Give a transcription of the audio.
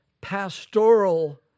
pastoral